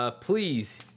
please